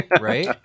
Right